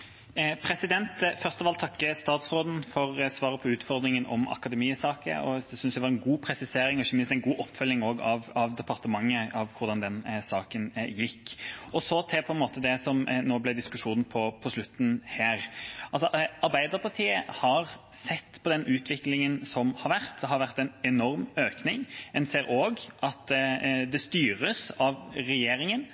først av alt takke statsråden for svaret på utfordringen på Akademiet-saken. Jeg synes det var en god presisering og ikke minst en god oppfølging fra departementet om hvordan den saken gikk. Så til det som ble diskutert her på slutten. Arbeiderpartiet har sett på utviklingen som har vært. Det har vært en enorm økning. Man ser også at det styres av høyreregjeringa på en sånn måte at man lokalt fratas styringen. Man lytter altså ikke til folket lokalt. Det